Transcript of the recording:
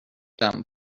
dumb